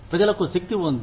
ప్రజలకు శక్తి ఉంది